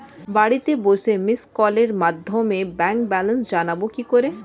বাড়িতে বসে মিসড্ কলের মাধ্যমে ব্যাংক ব্যালেন্স জানবো কি করে?